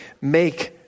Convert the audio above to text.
make